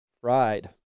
Fried